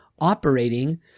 operating